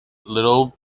little